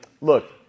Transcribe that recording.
Look